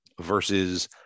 versus